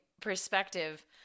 perspective